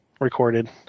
recorded